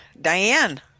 Diane